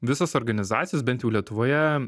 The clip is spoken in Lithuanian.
visos organizacijos bent jau lietuvoje